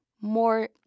more